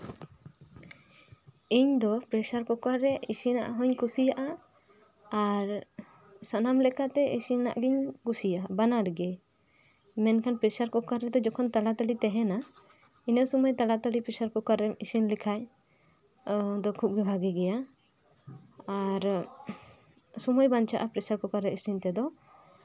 ᱤᱧ ᱫᱚ pressure cooker ᱨᱮ ᱤᱥᱤᱱᱟᱜ ᱦᱚᱧ ᱠᱩᱥᱤᱭᱟᱜᱼᱟ ᱟᱨ ᱥᱟᱱᱟᱢ ᱞᱮᱠᱟᱛᱮ ᱤᱥᱤᱱᱟᱜ ᱜᱤᱧ ᱠᱩᱥᱤᱭᱟᱜᱼᱟ ᱵᱟᱱᱟᱨ ᱜᱮ ᱢᱮᱱᱠᱷᱟᱱ ᱯᱨᱮᱥᱟᱨ ᱠᱩᱠᱟᱨ ᱨᱮᱫᱚ ᱡᱚᱠᱷᱚᱱ ᱛᱟᱲᱟᱛᱟᱲᱤ ᱛᱟᱸᱦᱮᱱᱟ ᱤᱱᱟᱹ ᱥᱚᱢᱚᱭ ᱛᱟᱲᱟ ᱛᱟᱲᱤ ᱯᱨᱮᱥᱟᱨ ᱠᱩᱠᱟᱨ ᱨᱮᱢ ᱤᱥᱤᱱ ᱞᱮᱠᱷᱟᱡ ᱫᱚ ᱠᱷᱩᱵ ᱜᱮ ᱵᱷᱟᱹᱜᱤ ᱜᱮᱭᱟ ᱟᱨ ᱥᱚᱢᱚᱭ ᱵᱟᱧᱪᱟᱜᱼᱟ ᱯᱨᱮᱥᱟᱨ ᱠᱩᱠᱟᱨ ᱨᱮ ᱤᱥᱤᱱ ᱛᱮᱫᱚ